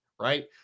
right